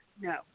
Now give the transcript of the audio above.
No